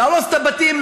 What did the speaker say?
להרוס את הבתים,